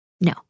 No